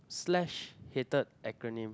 slash hated acronym